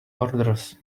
orders